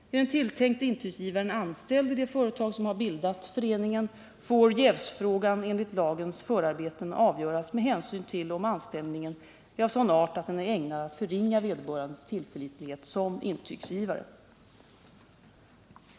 Är den tilltänkte intygsgivaren anställd i det företag som har bildat föreningen får jävsfrågan enligt lagens förarbeten avgöras med hänsyn till om anställningen är av sådan art att den är ägnad att förringa vederbörandes tillförlitlighet som intygsgivare.